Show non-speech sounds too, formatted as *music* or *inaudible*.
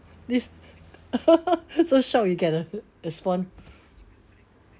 this *laughs* so shocked you can not respond